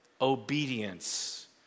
obedience